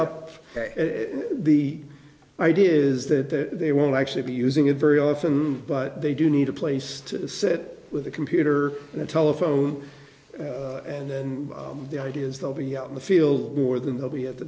up the idea is that they won't actually be using it very often but they do need a place to sit with a computer and a telephone and then the idea is they'll be out in the field more than they'll be at the